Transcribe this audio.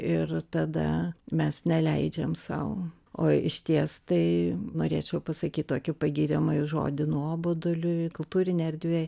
ir tada mes neleidžiam sau o išties tai norėčiau pasakyt tokį pagiriamąjį žodį nuoboduliui kultūrinėj erdvėj